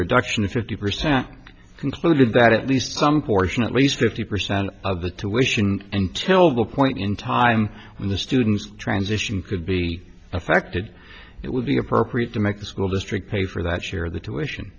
reduction of fifty percent concluded that at least some portion at least fifty percent of the tuitions and tell the point in time when the students transition to be affected it would be appropriate to make the school district pay for that share the tuition